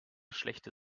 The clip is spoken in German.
schlechte